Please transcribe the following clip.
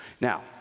Now